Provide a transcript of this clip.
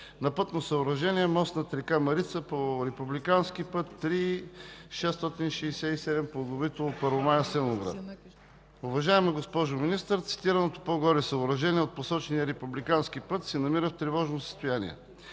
на пътно съоръжение – мост над река Марица, по Републикански път ІІІ-667 Плодовитово – Първомай – Асеновград. Уважаема госпожо Министър, цитираното по-горе съоръжение от посочения републикански път се намира в тревожно състояние.